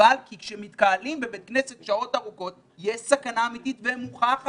אלא כי כשמתקהלים בבית כנסת שעות ארוכות יש סכנה אמיתית ומוכחת.